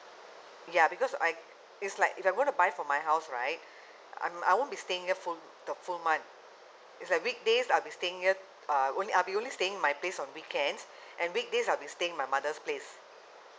ya because I it's like if I'm going to buy for my house right I won't be staying here full the full month it's like weekdays I'll be staying here err only uh we're only staying in my place on weekends and weekdays I'll be staying in my mother's place